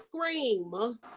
scream